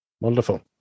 Wonderful